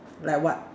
like what